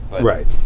Right